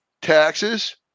taxes